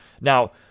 Now